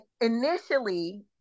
initially